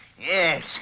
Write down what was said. yes